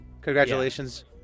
Congratulations